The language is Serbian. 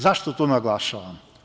Zašto to naglašavam?